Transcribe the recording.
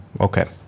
Okay